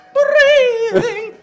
breathing